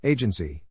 Agency